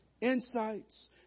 Insights